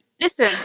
listen